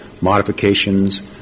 modifications